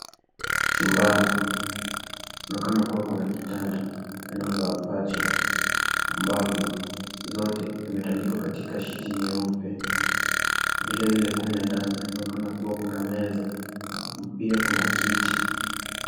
Chumbani, kunaonekana kuwa kuna kitanda, yaani ule wa pacha, ambavyo zote zimetandikwa katika shiti nyeupe. Vilevile kule ndani kunaonekana kuwa kuna meza, pia kuna kiti.